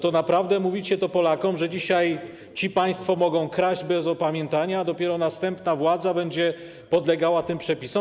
Tak naprawdę mówicie Polakom, że dzisiaj ci państwo mogą kraść bez opamiętania, a dopiero następna władza będzie podlegała tym przepisom.